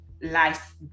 life